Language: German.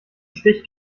stich